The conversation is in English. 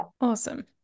Awesome